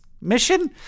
mission